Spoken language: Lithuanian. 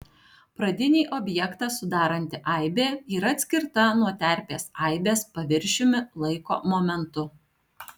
pradinį objektą sudaranti aibė yra atskirta nuo terpės aibės paviršiumi laiko momentu